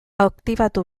aktibatu